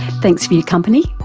thanks for your company,